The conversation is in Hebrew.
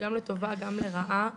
- גם לטובה וגם לרעה.